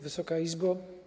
Wysoka Izbo!